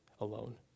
alone